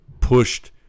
pushed